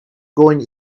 going